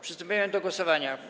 Przystępujemy do głosowania.